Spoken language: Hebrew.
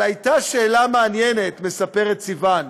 אבל הייתה שאלה מעניינת, מספרת סיוון: